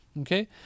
Okay